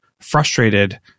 frustrated